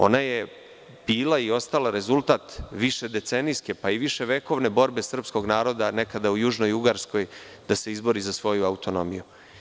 Ona je bila i ostala rezultat višedecenijske, pa i viševekovne borbe srpskog naroda nekada u južnoj Ugarskoj da se izbori za svoju autonomiju.